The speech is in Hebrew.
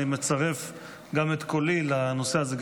אני מצרף גם את קולי לנושא הזה.